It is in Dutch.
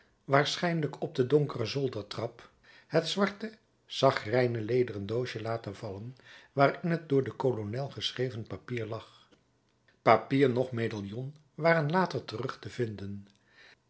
waarschijnlijk op de donkere zoldertrap het zwart sagrijnlederen doosje laten vallen waarin het door den kolonel geschreven papier lag papier noch medaillon waren later terug te vinden